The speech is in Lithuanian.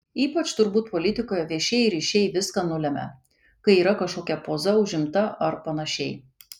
ypač turbūt politikoje viešieji ryšiai viską nulemia kai yra kažkokia poza užimta ar panašiai